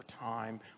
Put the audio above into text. time